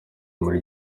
muri